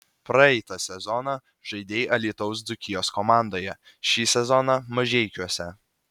praeitą sezoną žaidei alytaus dzūkijos komandoje šį sezoną mažeikiuose